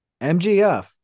MGF